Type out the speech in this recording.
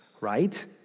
right